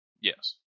yes